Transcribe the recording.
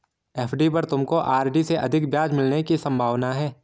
FD पर तुमको RD से अधिक ब्याज मिलने की संभावना है